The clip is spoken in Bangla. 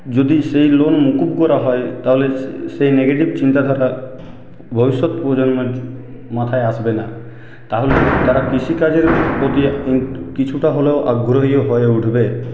যদি সেই লোন মুকুব করা হয় তাহলে সেই নেগেটিভ চিন্তাধারা ভবিষ্যৎ প্রজন্মের মাথায় আসবে না তাহলে তারা কৃষিকাজের উপর দিয়ে কিছুটা হলেও আগ্রহীও হয়ে উঠবে